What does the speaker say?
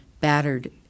battered